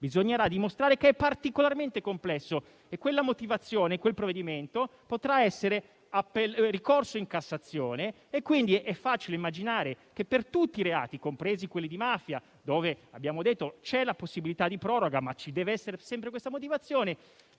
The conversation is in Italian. bisognerà dimostrare che è particolarmente complesso. E su quella motivazione e su quel provvedimento potrà essere fatto ricorso in Cassazione. Quindi, è facile immaginare che, per tutti i reati, compresi quelli di mafia, dove vi è la possibilità di proroga e deve esserci sempre questa motivazione,